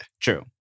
True